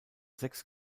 sechs